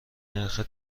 نرخ